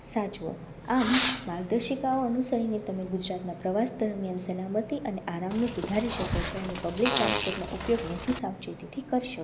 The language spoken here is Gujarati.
સાચવો આમ માર્ગદર્શિતાઓ અનુસરીને તમે ગુજરાતના પ્રવાસ દરમિયાન સલામતી અને આરામને સુધારી શકો છો અને પબ્લિક ટ્રાન્સપોર્ટનો ઉપયોગ વધુ સાવચેતીથી કરશો